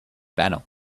banal